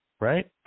right